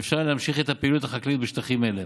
ואפשר יהיה להמשיך את הפעילות החקלאית בשטחים אלה.